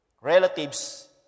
relatives